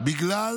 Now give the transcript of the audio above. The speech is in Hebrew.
בגלל